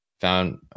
found